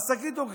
אז תגידו לי,